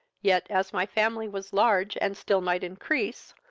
yet, as my family was large and still might increase,